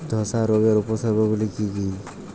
ধসা রোগের উপসর্গগুলি কি কি?